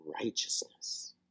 righteousness